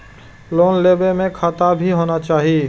Loan लेबे में खाता भी होना चाहि?